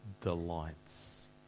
delights